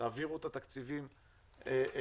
תעבירו את התקציבים לעסקים,